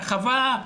רחבה,